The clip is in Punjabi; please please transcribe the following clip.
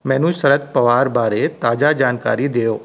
ਮੈਨੂੰ ਸਰਦ ਪਵਾਰ ਬਾਰੇ ਤਾਜ਼ਾ ਜਾਣਕਾਰੀ ਦਿਓ